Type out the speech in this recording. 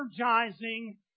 energizing